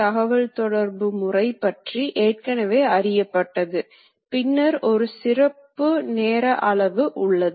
வேகம் என்பது சுழலும் பொருளின் அறுக்கும் வேகத்துடன் தொடர்புடையது